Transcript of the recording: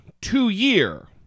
two-year